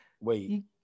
Wait